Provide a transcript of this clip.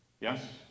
Yes